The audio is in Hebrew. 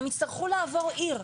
הם יצטרכו לעבור עיר.